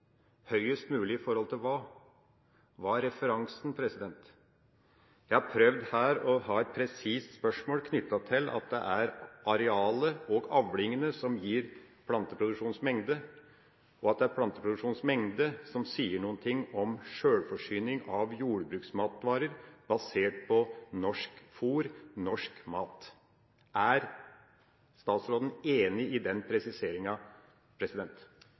høyest mulig i forhold til hva? Hva er referansen? Jeg har her prøvd å ha et presist spørsmål knyttet til at det er arealet og avlingene som gir planteproduksjonens mengde, og at det er planteproduksjonens mengde som sier noe om sjølforsyning av jordbruksmatvarer basert på norsk fôr – norsk mat. Er statsråden enig i den presiseringa?